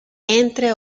entre